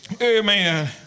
Amen